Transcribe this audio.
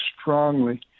strongly